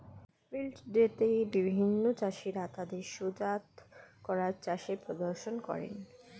field day তে বিভিন্ন চাষীরা তাদের সুজাত করা চাষের প্রদর্শন করে